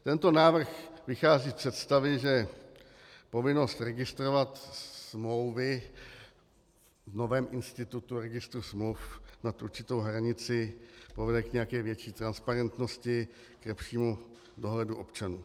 Tento návrh vychází z představy, že povinnost registrovat smlouvy v novém institutu registru smluv nad určitou hranici povede k nějaké větší transparentnosti, k lepšímu dohledu občanů.